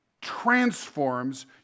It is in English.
transforms